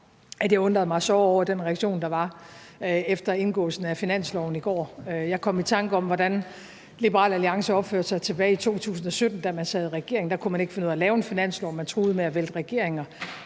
jeg undrede mig såre over den reaktion, der var efter indgåelsen af finansloven i går. Jeg kom i tanke om, hvordan Liberal Alliance opførte sig tilbage i 2017, da man sad i regering. Der kunne man ikke finde ud af at lave en finanslov; man truede med at vælte regeringen.